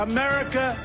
America